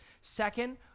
Second